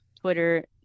Twitter